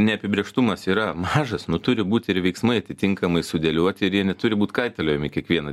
neapibrėžtumas yra mažas nu turi būti ir veiksmai atitinkamai sudėlioti ir jie neturi būti kaitaliojami kiekvieną